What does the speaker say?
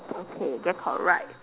okay then correct